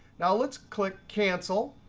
now let's click cancel.